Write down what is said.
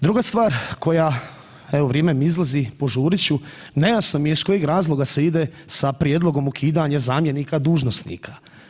Druga stvar koja, evo vrijeme mi izlazi, požurit ću, nejasno mi je iz kojih razloga se ide sa prijedlogom ukidanja zamjenika dužnosnika.